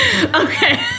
okay